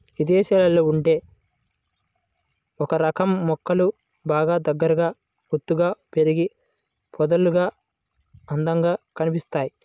ఇదేశాల్లో ఉండే ఒకరకం మొక్కలు బాగా దగ్గరగా ఒత్తుగా పెరిగి పొదల్లాగా అందంగా కనిపిత్తయ్